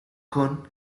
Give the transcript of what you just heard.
con